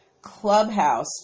Clubhouse